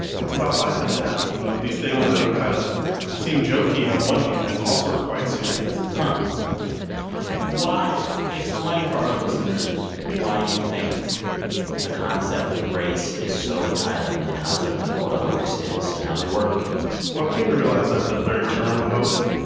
it's about life and death. you know? these things that kind of seem jokey on one hand also are quite serious but yeah why? explain for our listeners why you think the concept of race is so tied up in the concept of what a hoax is and how they work came to realize that the very term hoax,